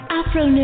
Afro